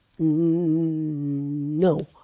no